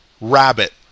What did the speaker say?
rabbit